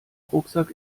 rucksack